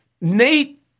Nate